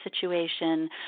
situation